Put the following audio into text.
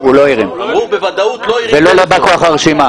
הוא בוודאות לא הרים טלפון.